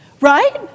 Right